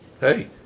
Hey